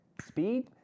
Speed